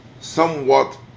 somewhat